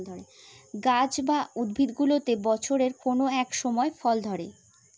গাছ বা উদ্ভিদগুলোতে বছরের কোনো এক সময় ফল ধরে